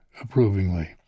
Approvingly